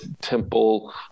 Temple